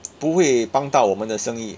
不会帮到我们的生意